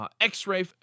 x-ray